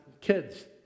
kids